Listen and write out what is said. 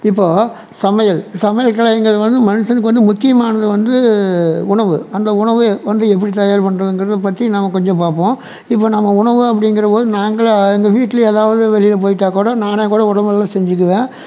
இப்போ சமையல் சமையல் கலைங்கிறது வந்து மனுஷனுக்கு வந்து முக்கியமானது வந்து உணவு அந்த உணவு வந்து எப்படி தயார் பண்ணுறோம்கிறத பற்றி நாம கொஞ்ச பார்ப்போம் இப்போ நாம உணவு அப்படிங்கிற போது நாங்களாக எங்கள் வீட்டுல எதாவது வெளியில பொயிட்டாக்கூட நானாக்கூட ஒழுங்கு முறையில் செஞ்சிக்குவேன்